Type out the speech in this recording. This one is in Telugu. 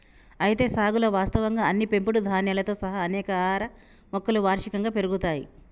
అయితే సాగులో వాస్తవంగా అన్ని పెంపుడు ధాన్యాలతో సహా అనేక ఆహార మొక్కలు వార్షికంగా పెరుగుతాయి